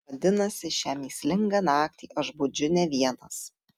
vadinasi šią mįslingą naktį aš budžiu ne vienas